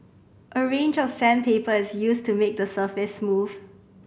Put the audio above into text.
a range of sandpaper is used to make the surface smooth